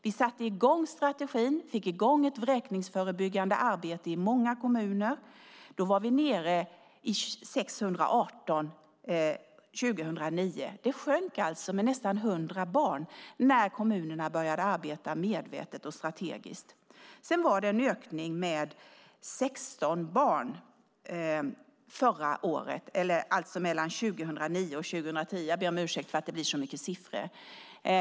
Vi införde strategin och fick i gång ett vräkningsförebyggande arbete i många kommuner. År 2009 var vi nere i 618. Antalet sjönk alltså med nästan 100 barn när kommunerna började arbeta medvetet och strategiskt. Sedan var det en ökning med 16 barn från 2009 till 2010. Jag ber om ursäkt för att det blir så många siffror.